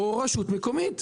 או רשות מקומית.